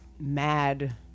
mad